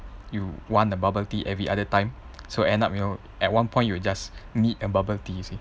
you want the bubble tea every other time so end up you know at one point you will just need a bubble tea you see